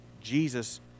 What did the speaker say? Jesus